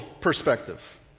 perspective